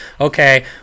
okay